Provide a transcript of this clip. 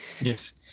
Yes